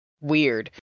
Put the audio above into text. weird